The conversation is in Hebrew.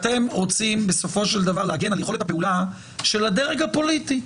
אתם רוצים בסופו של דבר להגן על יכולת הפעולה של הדרג הפוליטי.